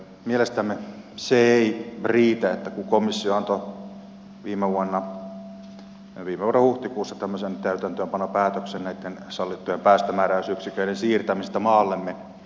mielestämme se ei riitä kun komissio antoi viime vuoden huhtikuussa täytäntöönpanopäätöksen näitten sallittujen päästömääräyksiköiden siirtämisestä maallemme rekisterissä olevalle päästöoikeustilille